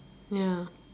ya